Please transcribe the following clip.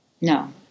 No